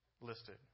listed